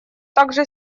также